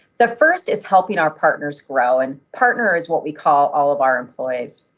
the first is helping our partners grow, and partner is what we call all of our employees.